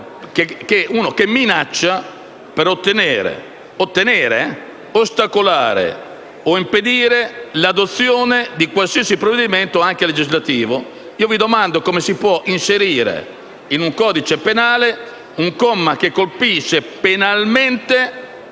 se minacciato per ottenere, ostacolare o impedire l'adozione di qualsiasi provvedimento anche legislativo. Io mi domando come si possa inserire nel codice penale un comma che colpisce penalmente